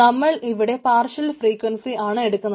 നമ്മൾ ഇവിടെ partial frequency ആണ് എടുക്കുന്നത്